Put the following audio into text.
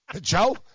Joe